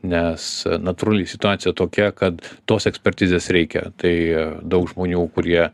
nes natūraliai situacija tokia kad tos ekspertizės reikia tai daug žmonių kurie